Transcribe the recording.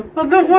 of the